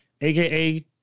aka